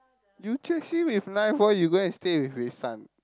you chase him with knife why you go and stay with his son